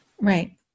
Right